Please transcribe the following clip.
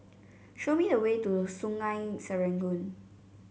show me the way to the Sungei Serangoon